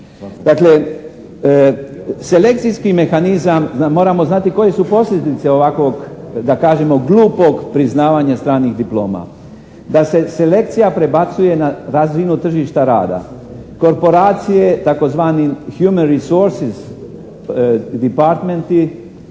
Dakle, selekcijski mehanizam da moramo znati koje su posljedice ovakvog da kažemo glupog priznavanja stranih diploma, da se selekcija prebacuje na razinu tržišta rada. Korporacije tzv. human resources, departmenti,